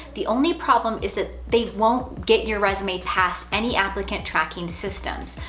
the only problem is that they won't get your resume past any applicant tracking systems.